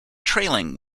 trailing